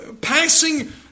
passing